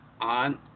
on